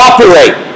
Operate